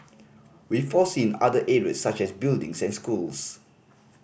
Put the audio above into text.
we foresee in other areas such as buildings and schools